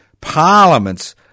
Parliament's